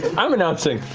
i'm announcing.